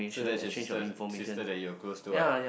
so that's your sister sister that you're close to ah